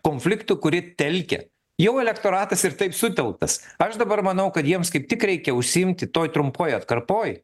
konfliktų kuri telkia jau elektoratas ir taip sutelktas aš dabar manau kad jiems kaip tik reikia užsiimti toj trumpoj atkarpoj